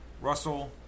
Russell